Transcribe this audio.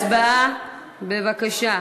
הצבעה, בבקשה.